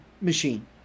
machine